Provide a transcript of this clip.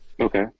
Okay